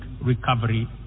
recovery